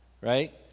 right